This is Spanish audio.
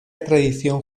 tradición